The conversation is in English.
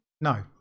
No